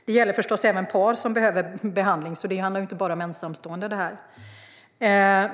Det gäller förstås även par som behöver behandling, för detta handlar inte bara om ensamstående.